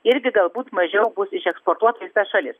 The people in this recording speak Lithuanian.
irgi galbūt mažiau bus išeksportuota į tas šalis